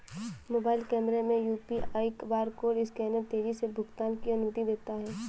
mobile कैमरे में UPI barcode scanner तेजी से भुगतान की अनुमति देता है